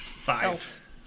Five